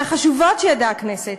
מהחשובות שידעה הכנסת.